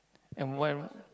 and why